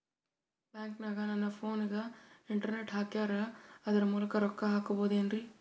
ಬ್ಯಾಂಕನಗ ನನ್ನ ಫೋನಗೆ ಇಂಟರ್ನೆಟ್ ಹಾಕ್ಯಾರ ಅದರ ಮೂಲಕ ರೊಕ್ಕ ಹಾಕಬಹುದೇನ್ರಿ?